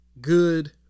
good